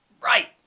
right